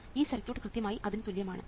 ഈ സർക്യൂട്ട് കൃത്യമായി അതിന് തുല്യമാണ്